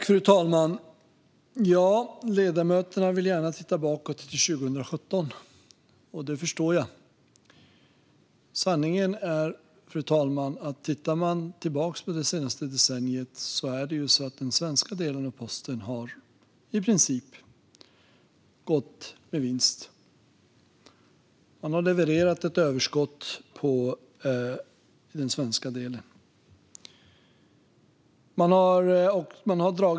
Fru talman! Ledamöterna vill gärna titta bakåt till 2017, och det förstår jag. Sanningen är, fru talman, att det senaste decenniet har den svenska delen av Postnord i princip gått med vinst. Man har levererat ett överskott i den svenska delen.